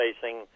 facing